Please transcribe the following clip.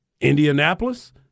Indianapolis